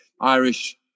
Irish